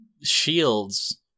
shields